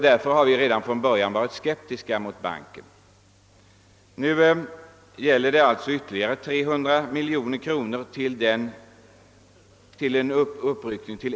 Därför har vi redan från början varit skeptiska mot banken. Nu gäller det alltså en uppräkning med 300 miljoner kronor till en miljard kronor.